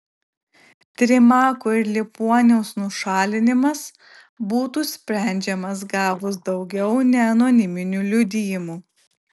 trimako ir liepuoniaus nušalinimas būtų sprendžiamas gavus daugiau neanoniminių liudijimų